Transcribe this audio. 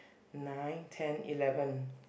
nine ten eleven